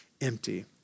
empty